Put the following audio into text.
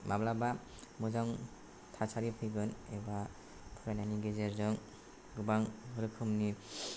माब्लाबा मोजां थासारि फैगोन एबा फरायनायनि गेजेरजों गोबां रोखोमनि